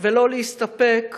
ולא להסתפק בהידרדרות,